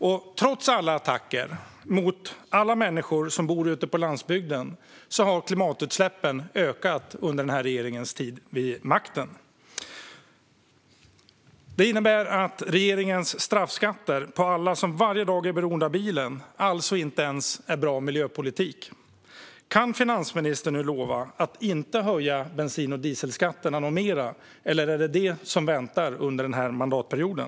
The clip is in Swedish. Och trots alla attacker mot alla människor som bor ute på landsbygden har klimatutsläppen ökat under regeringens tid vid makten. Det innebär att regeringens straffskatter på alla som varje dag är beroende av bilen inte ens är bra miljöpolitik. Kan finansministern nu lova att inte höja bensin och dieselskatterna ytterligare, eller är det vad som väntar under den här mandatperioden?